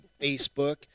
Facebook